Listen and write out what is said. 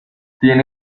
tiene